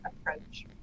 approach